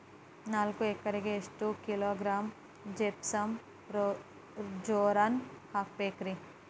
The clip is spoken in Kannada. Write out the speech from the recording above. ನಾಲ್ಕು ಎಕರೆಕ್ಕ ಎಷ್ಟು ಕಿಲೋಗ್ರಾಂ ಜಿಪ್ಸಮ್ ಬೋರಾನ್ ಹಾಕಬೇಕು ರಿ?